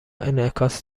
انعکاس